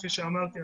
וכפי שאמרתי,